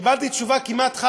קיבלתי תשובה כמעט חד-משמעית.